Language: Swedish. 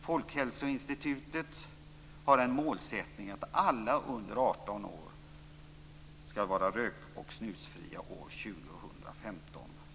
Folkhälsoinstitutet har en målsättning att alla under 18 år skall vara rök och snusfria år 2015.